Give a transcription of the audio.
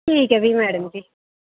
ठीक ऐ फ्ही मैडम जी